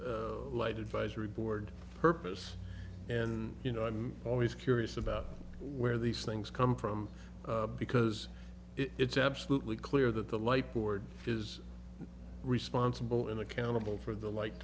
municipal light advisory board purpose and you know i'm always curious about where these things come from because it's absolutely clear that the light board is responsible and accountable for the like